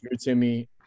Timmy